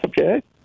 Okay